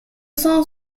cent